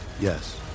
Yes